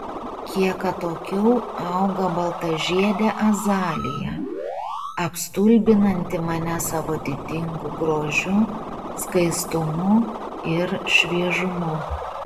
kiek atokiau auga baltažiedė azalija apstulbinanti mane savo didingu grožiu skaistumu ir šviežumu